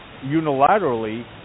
unilaterally